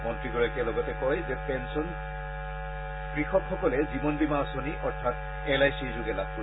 মন্ত্ৰীগৰাকীয়ে কয় যে এই পেঞ্চন কৃষকসকলে জীৱন বীমা আঁচনি অৰ্থাৎ এল আই চি যোগে লাভ কৰিব